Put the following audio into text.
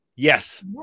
Yes